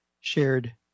shared